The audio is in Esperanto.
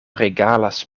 regalas